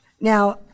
Now